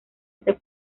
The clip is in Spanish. este